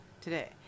today